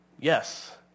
Yes